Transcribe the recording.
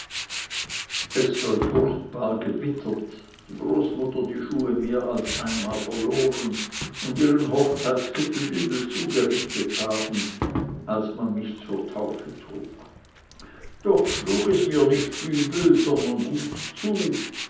es soll furchtbar gewittert die großmutter die schuhe mehr als einmal verloren und ihren hochzeitskittel übel zugerichtet haben als man mich zur taufe trug doch schlug es mir nicht übel sondern gut zu